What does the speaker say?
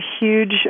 huge